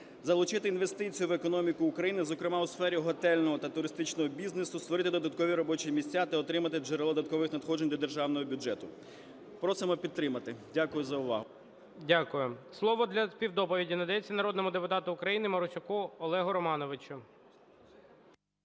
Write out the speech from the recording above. залучити інвестиції в економіку України, зокрема у сфері готельного та туристичного бізнесу; створити додаткові робочі місця та отримати джерело додаткових надходжень до державного бюджету. Просимо підтримати. Дякую за увагу. ГОЛОВУЮЧИЙ. Дякую. Слово для співдоповіді надається народному депутату України Марусяку Олегу Романовичу.